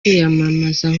kwiyamamaza